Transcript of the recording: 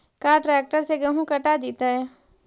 का ट्रैक्टर से गेहूं कटा जितै?